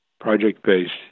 project-based